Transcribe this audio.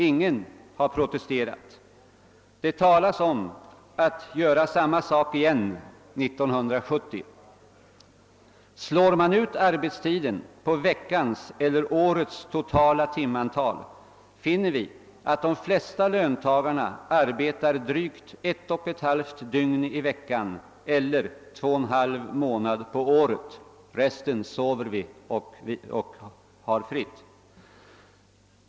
Ingen har protesterat. Det talas om att göra samma sak igen 1970. Slår vi ut arbetstiden på veckans eller årets totala timantal, finner vi att de flesta löntagarna arbetar drygt ett och ett halvt dygn i veckan eller två och en halv månad på året — resten sover man eller har fritt.